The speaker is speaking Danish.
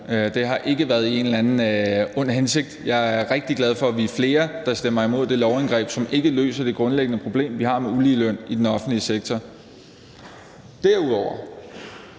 Det har ikke været i en eller anden ond hensigt. Jeg er rigtig glad for, at vi er flere, der stemmer imod det lovindgreb, som ikke løser det grundlæggende problem, vi har med ulige løn i den offentlige sektor. Derudover